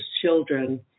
children